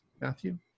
Matthew